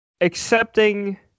accepting